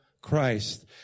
Christ